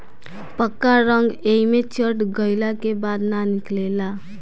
पक्का रंग एइमे चढ़ गईला के बाद ना निकले ला